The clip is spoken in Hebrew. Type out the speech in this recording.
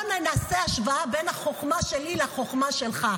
נעשה השוואה בין החוכמה שלי לחוכמה שלך.